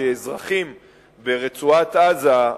כשאזרחים ברצועת-עזה,